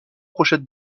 pochettes